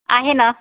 आहे ना